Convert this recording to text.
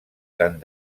tant